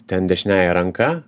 ten dešiniąja ranka